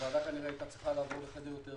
הוועדה הייתה צריכה לעבור לחדר יותר גדול.